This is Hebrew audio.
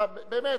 אתה, באמת.